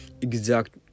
exact